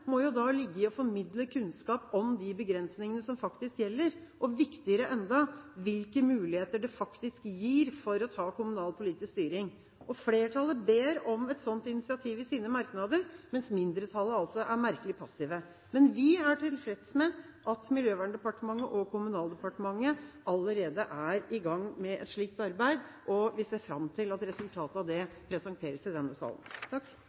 må jo da ligge i å formidle kunnskap om de begrensningene som faktisk gjelder, og – enda viktigere – hvilke muligheter det faktisk gir for å ta kommunal politisk styring. Flertallet ber om et sånt initiativ i sine merknader, mens mindretallet altså er merkelig passivt. Vi er tilfreds med at Miljøverndepartementet og Kommunaldepartementet allerede er i gang med et slikt arbeid, og vi ser fram til at resultatet av det presenteres i denne